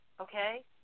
Okay